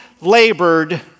labored